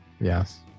Yes